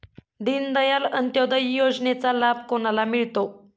दीनदयाल अंत्योदय योजनेचा लाभ कोणाला मिळतो?